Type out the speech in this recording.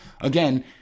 Again